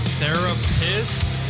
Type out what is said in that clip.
therapist